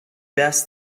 best